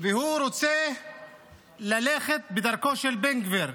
והוא רוצה ללכת בדרכו של בן גביר,